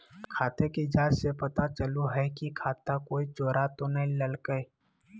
खाते की जाँच से पता चलो हइ की खाता कोई चोरा तो नय लेलकय